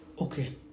Okay